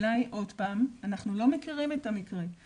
אנחנו לא מכירים את המקרה,